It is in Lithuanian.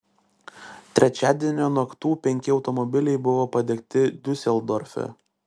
trečiadienio naktų penki automobiliai buvo padegti diuseldorfe